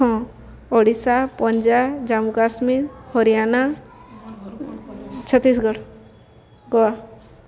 ହଁ ଓଡ଼ିଶା ପଞ୍ଜାବ ଜାମ୍ମୁ କାଶ୍ମୀର ହରିୟାନା ଛତିଶଗଡ଼ ଗୋଆ